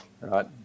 right